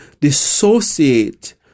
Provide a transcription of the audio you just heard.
dissociate